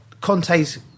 Conte's